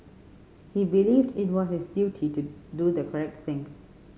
he believed it was his duty to do the correct thing